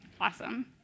Awesome